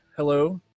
Hello